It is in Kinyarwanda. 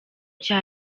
cya